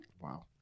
Wow